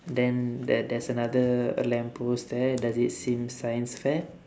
then there there's another a lamp post there does it seem science fair